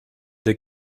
der